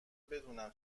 بدونم